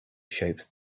shapes